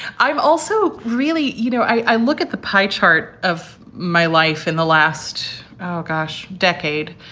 i'm also really, you know, i look at the pie chart of my life in the last oh gosh, decade.